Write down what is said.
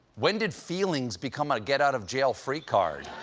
when did feelings become a get out of jail free card?